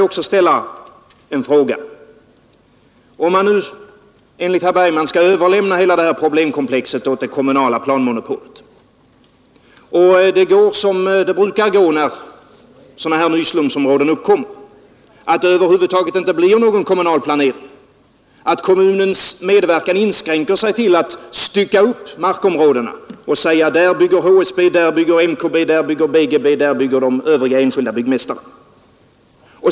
Om man enligt herr Bergman skall överlämna hela problemkomplexet åt det kommunala planmonopolet kanske det går som det brukar gå när sådana här nyslumsområden uppkommer: det blir över huvud taget ingen kommunal planering. Kommunens medverkan inskränker sig till att söka upp markområdena och säga: Där bygger HSB, där bygger MKB, där bygger BGB, där bygger de övriga enskilda byggmästarna.